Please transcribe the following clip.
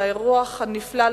על האירוח הנפלא,